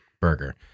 burger